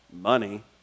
money